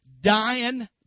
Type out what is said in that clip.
Dying